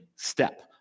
step